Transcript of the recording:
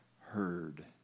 heard